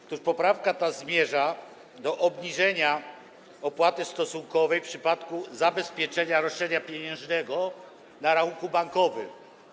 Otóż poprawka ta zmierza do obniżenia opłaty stosunkowej w przypadku zabezpieczenia roszczenia pieniężnego na rachunku bankowym.